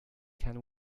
can